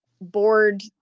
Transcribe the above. board